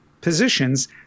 positions